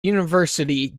university